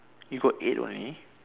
you got eight only